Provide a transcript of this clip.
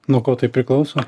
nuo ko tai priklauso